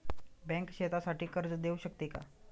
Bank शेतीसाठी कर्ज देऊ शकते का?